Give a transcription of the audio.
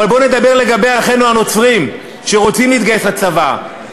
אבל בוא נדבר לגבי אחינו הנוצרים שרוצים להתגייס לצבא,